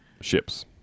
Ships